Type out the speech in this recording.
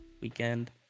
weekend